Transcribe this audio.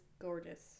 gorgeous